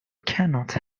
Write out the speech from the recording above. cannot